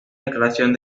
declaración